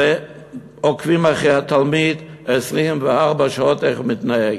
ועוקבים אחרי התלמיד 24 שעות איך הוא מתנהג.